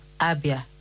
Abia